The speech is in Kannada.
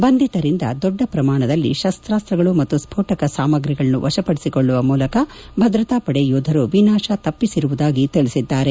ಬಂಧಿತರಿಂದ ದೊಡ್ಡ ಪ್ರಮಾಣದಲ್ಲಿ ತಸ್ತಾಸ್ತಗಳು ಮತ್ತು ಸ್ವೋಟಕ ಸಾಮಗ್ರಿಗಳನ್ನು ವಶಪಡಿಸಿಕೊಳ್ಳುವ ಮೂಲಕ ಭದ್ರತಾ ಪಡೆ ಯೋಧರು ವಿನಾಶ ತಪ್ಪಿಸಿರುವುದಾಗಿ ತಿಳಿಸಿದ್ದಾರೆ